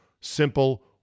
simple